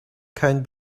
kein